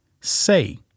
say